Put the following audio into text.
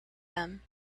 them